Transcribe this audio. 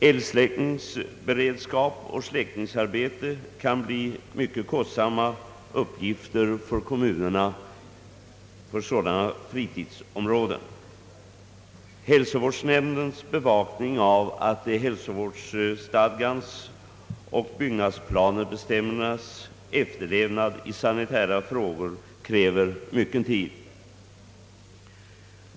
Eldsläckningsberedskap och släckningsarbete för sådana fritidsområden kan innebära mycket kostsamma uppgifter för kommunerna. Hälsovårdsnämndens bevakning av hälsovårdsstadgan och byggnadsplanebestämmel Ang. villabeskattningen m.m. sernas efterlevnad i sanitära frågor kräver mycken tid.